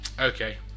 Okay